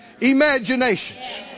imaginations